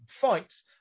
fights